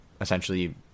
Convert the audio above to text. essentially